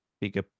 bigger